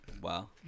Wow